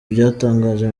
ibyatangajwe